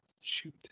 shoot